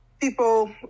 people